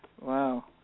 wow